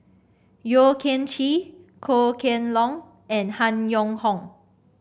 Yeo Kian Chye Goh Kheng Long and Han Yong Hong